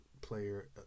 player